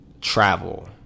Travel